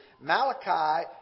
Malachi